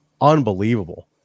unbelievable